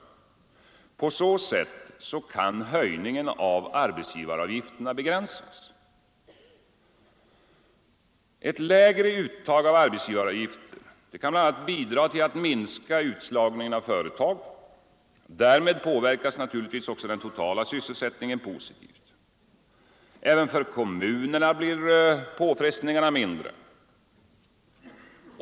På så sätt kan höjningen av arbetsgivaravgifterna begränsas. Ett lägre uttag av arbetsgivaravgifter kan bl.a. bidra till att minska utslagningen av företag. Därmed påverkas naturligtvis också den totala sysselsättningen positivt. Även för kommunerna blir påfrestningarna mindre.